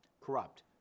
corrupt